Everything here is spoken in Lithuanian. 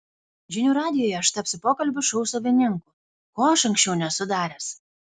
žinių radijuje aš tapsiu pokalbių šou savininku ko aš anksčiau nesu daręs